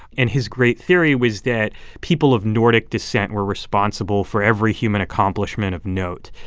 and his great theory was that people of nordic descent were responsible for every human accomplishment of note,